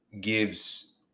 gives